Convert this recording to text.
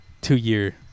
two-year